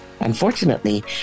Unfortunately